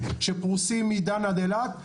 שפרוסים מדן עד אילת,